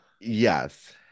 Yes